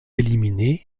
éliminé